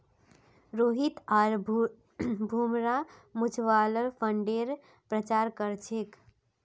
रोहित आर भूमरा म्यूच्यूअल फंडेर प्रचार कर छेक